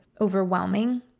overwhelming